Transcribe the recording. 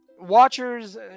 watchers